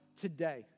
today